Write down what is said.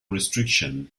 restriction